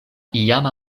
iama